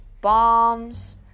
bombs